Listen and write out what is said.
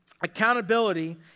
accountability